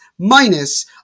minus